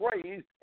praise